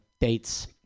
Dates